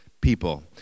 people